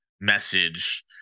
message